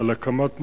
על הקמת מכשול,